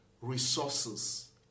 resources